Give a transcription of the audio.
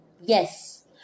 Yes